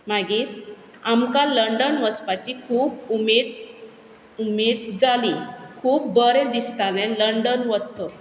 मागीर आमकां लंडन वचपाचें खूब उमेद उमेद जाली खूब बरें दिसतालें लंडन वचपाचें